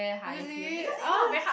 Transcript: really !huh!